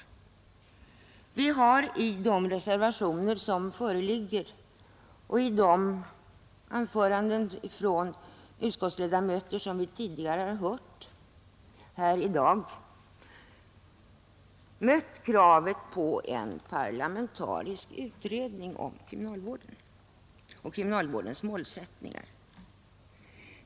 Vi har i de reservationer som föreligger och i de anföranden av utskottsledamöter som vi tidigare har hört här i dag mött kravet på en parlamentarisk utredning om kriminalvården och kriminalvårdens målsättningar.